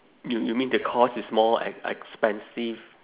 you you mean the cost is more e~ expensive